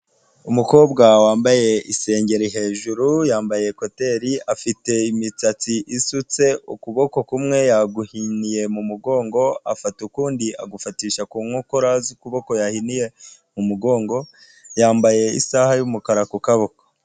Umukobwa wambaye isengeri hejuru yambaye ekuteri, afite imitsatsi isutse, ukuboko kumwe yaguhiniye mu mugongo afata ukundi agufatisha ku nkokora z'ukuboko yahiniye mu mugongo, yambaye isaha y'umukara ku kaboko.